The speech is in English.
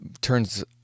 turns